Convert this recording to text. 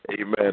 amen